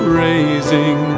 raising